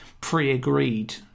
pre-agreed